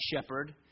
shepherd